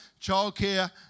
childcare